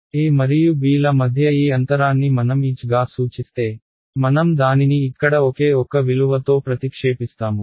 a మరియు b ల మధ్య ఈ అంతరాన్ని మనం h గా సూచిస్తే మనం దానిని ఇక్కడ ఒకే ఒక్క విలువ తో ప్రతిక్షేపిస్తాము